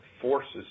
forces